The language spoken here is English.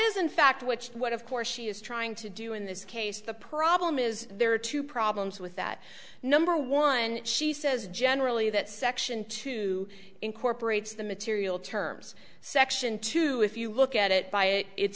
is in fact which what of course she is trying to do in this case the problem is there are two problems with that number one she says generally that section two incorporates the material terms section two if you look at it by it